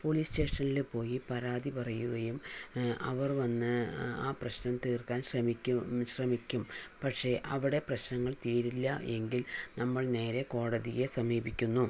police സ്റ്റേഷനില് പോയി പരാതി പറയുകയും അവർ വന്ന് ആ പ്രശ്നം തീർക്കാൻ ശ്രമിക്കും ശ്രമിക്കും പക്ഷേ അവിടെ പ്രശ്നങ്ങൾ തീരില്ലാ എങ്കിൽ നമ്മൾ നേരെ കോടതിയെ സമീപിക്കുന്നു